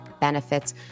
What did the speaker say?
benefits